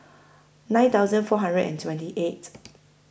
nine thousand four hundred and twenty eight